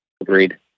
Agreed